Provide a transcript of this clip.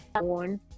one